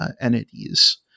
entities